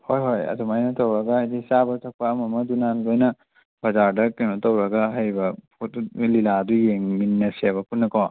ꯍꯣꯏ ꯍꯣꯏ ꯑꯗꯨꯃꯥꯏꯅ ꯇꯧꯔꯒ ꯍꯥꯏꯗꯤ ꯆꯥꯕ ꯊꯛꯄ ꯑꯃ ꯑꯃꯗꯨꯅ ꯂꯣꯏꯅ ꯕꯖꯥꯔꯗ ꯀꯩꯅꯣ ꯇꯧꯔꯒ ꯍꯥꯏꯔꯤꯕ ꯂꯤꯂꯥꯗꯨ ꯌꯦꯡꯃꯤꯟꯅꯁꯦꯕ ꯄꯨꯟꯅꯀꯣ